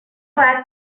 باید